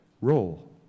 role